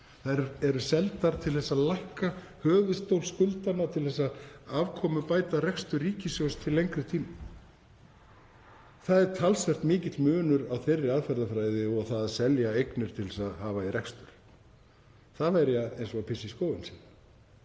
Þær eru seldar til að lækka höfuðstól skuldanna til að afkomubæta rekstur ríkissjóðs til lengri tíma. Það er talsvert mikill munur á þeirri aðferðafræði og því að selja eignir til að hafa í rekstur. Það væri eins og að pissa í skóinn sinn